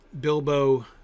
Bilbo